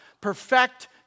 perfect